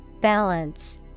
Balance